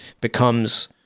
becomes